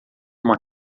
uma